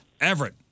Everett